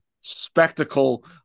spectacle